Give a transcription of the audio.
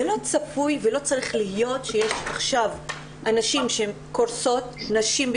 זה לא צפוי ולא צריך להיות שיש עכשיו אנשים שקורסים נשים,